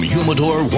Humidor